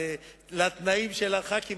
לתנאים של חברי הכנסת.